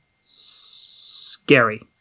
Scary